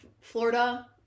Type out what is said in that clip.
Florida